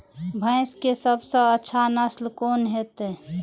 भैंस के सबसे अच्छा नस्ल कोन होते?